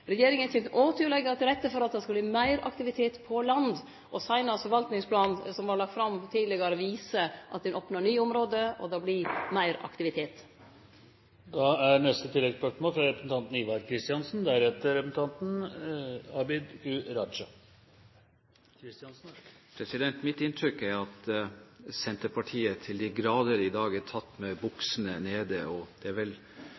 Regjeringa kjem òg til å leggje til rette for at det skal verte meir aktivitet på land. Seinast forvaltingsplanen, som vart lagd fram tidlegare i år, viser at ein opnar nye område, og at det vert meir aktivitet. Ivar Kristiansen – til oppfølgingsspørsmål. Mitt inntrykk er at Senterpartiet til de grader i dag er tatt med buksene nede. Det er vel